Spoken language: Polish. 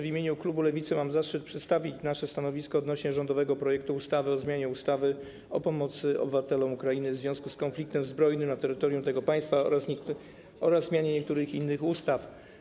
W imieniu klubu Lewicy mam zaszczyt przedstawić nasze stanowisko odnośnie do rządowego projektu ustawy o zmianie ustawy o pomocy obywatelom Ukrainy w związku z konfliktem zbrojnym na terytorium tego państwa oraz zmianie niektórych innych ustaw.